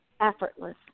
effortless